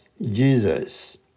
Jesus